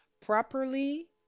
properly